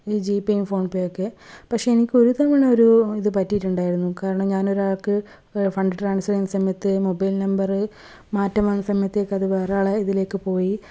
ഈ ജിപേയും ഫോൺ പേയുമൊക്കെ പക്ഷേ എനിക്ക് ഒരുതവണ ഒരു ഇത് പറ്റിയിട്ടുണ്ടായിരുന്നു കാരണം ഞാൻ ഒരാൾക്ക് ഫണ്ട് ട്രാൻഫർ ചെയ്യുന്ന സമയത്ത് മൊബൈൽ നമ്പറ് മാറ്റം വന്ന സമയത്തേക്ക് അത് വേറൊരാളുടെ ഇതിലേക്ക് പോയി